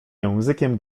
językiem